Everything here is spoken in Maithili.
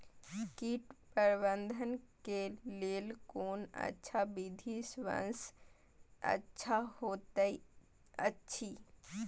कीट प्रबंधन के लेल कोन अच्छा विधि सबसँ अच्छा होयत अछि?